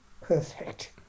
perfect